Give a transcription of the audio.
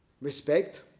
respect